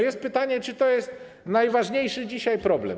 Jest pytanie, czy to jest najważniejszy dzisiaj problem.